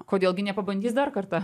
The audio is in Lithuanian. kodėl gi nepabandys dar kartą